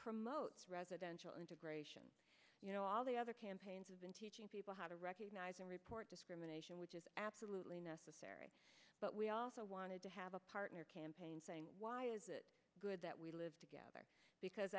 promotes residential integration you know all the other campaigns have been teaching people how to recognize and report discrimination which is absolutely necessary but we also wanted to have a partner campaign saying why is it good that we live together because